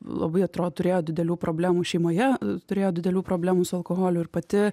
labai atro turėjo didelių problemų šeimoje turėjo didelių problemų su alkoholiu ir pati